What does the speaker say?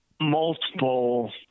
Multiple